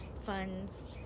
funds